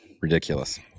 ridiculous